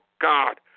God